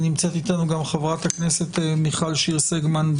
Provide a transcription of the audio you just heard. נמצאת איתנו גם חברת הכנסת מיכל שיר סגמן,